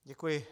Děkuji.